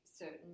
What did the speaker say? certain